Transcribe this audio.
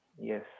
Yes